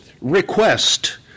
request